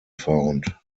found